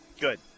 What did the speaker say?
Good